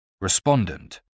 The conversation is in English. respondent